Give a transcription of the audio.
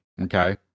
okay